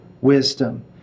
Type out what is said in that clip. wisdom